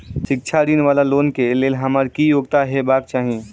शिक्षा ऋण वा लोन केँ लेल हम्मर की योग्यता हेबाक चाहि?